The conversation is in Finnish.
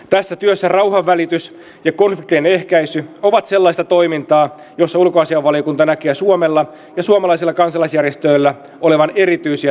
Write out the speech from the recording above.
tässä työssä rauhanvälitys ja konfliktien ehkäisy ovat sellaista toimintaa jossa ulkoasiainvaliokunta näkee suomella ja suomalaisilla kansalaisjärjestöillä olevan erityisiä toimintamahdollisuuksia